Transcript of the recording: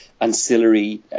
ancillary